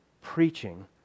preaching